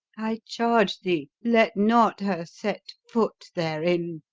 i charge thee, let not her set foot therein!